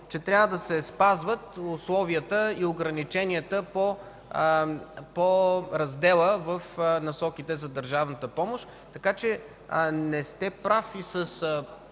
че трябва да се спазват условията и ограниченията по раздела в Насоките за държавната помощ. Не сте прав и с